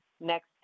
next